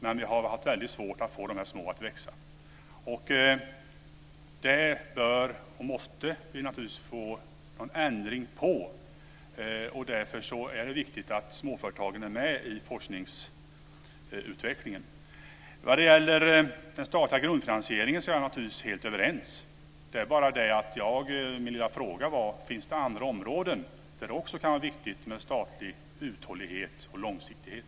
Men vi har haft väldigt svårt att få dessa små företag att växa. Det måste vi naturligtvis få en ändring på. Därför är det viktigt att småföretagen är med i forskningsutvecklingen. När det gäller den statliga grundfinansieringen är jag och Karin Falkmer naturligtvis helt överens. Men jag undrade: Finns det andra områden där det också kan vara viktigt med en statlig uthållighet och långsiktighet?